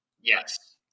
Yes